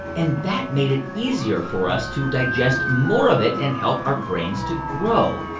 and that made it easier for us to digest more of it and help our brains to grow.